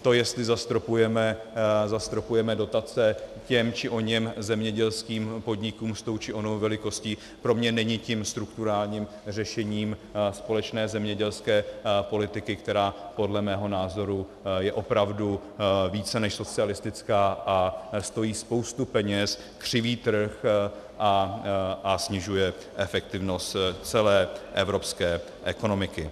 To, jestli zastropujeme dotace těm či oněm zemědělským podnikům s tou či onou velikostí, pro mě není tím strukturálním řešením společné zemědělské politiky, která podle mého názoru je opravdu více než socialistická a stojí spoustu peněz, křiví trh a snižuje efektivnost celé evropské ekonomiky.